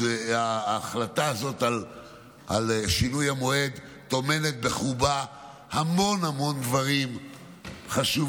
שההחלטה הזאת על שינוי המועד טומנת בחובה המון המון דברים חשובים,